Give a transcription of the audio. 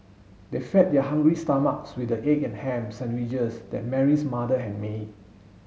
they fed their hungry stomachs with the egg and ham sandwiches that Mary's mother had made